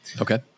Okay